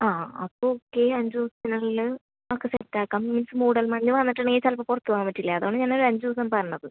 ആ ആ അപ്പോൾ ഓക്കെ അഞ്ച് ദിവസത്തിന് ഉള്ളിൽ നമുക്ക് സെറ്റ് ആക്കാം മീൻസ് മൂടൽ മഞ്ഞ് വന്നിട്ട് ഉണ്ടെങ്കിൽ ചിലപ്പോൾ പുറത്ത് പോകാൻ പറ്റില്ല അതാണ് ഞാൻ ഒരു അഞ്ച് ദിവസം പറഞ്ഞത്